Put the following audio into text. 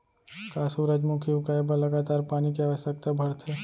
का सूरजमुखी उगाए बर लगातार पानी के आवश्यकता भरथे?